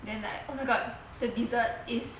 then like oh my god the dessert is